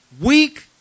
weak